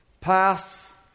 pass